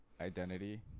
identity